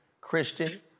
Christian